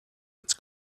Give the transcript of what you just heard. its